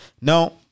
No